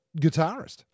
guitarist